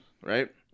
right